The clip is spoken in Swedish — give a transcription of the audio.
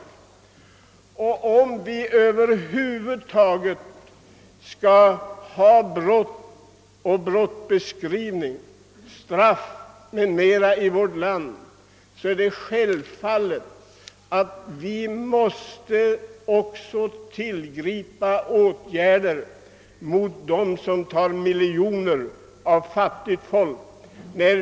Om vi över huvud taget skall ha begreppen brott och brottsbeskrivning, straff m.m. i vårt land, måste vi också tillgripa åtgärder mot dem som tar miljoner från fattigt folk.